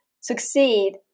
succeed